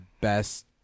best